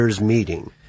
Meeting